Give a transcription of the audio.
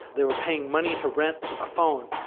they were paying money to rent a phone.